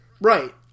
Right